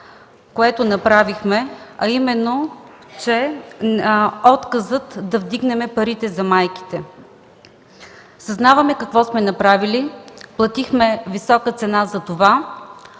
което направихме, а именно отказът да вдигнем парите за майките. Съзнаваме какво сме направили, платихме висока цена за това,